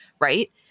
right